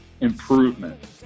improvement